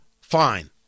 fine